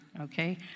okay